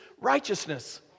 righteousness